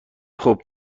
خوب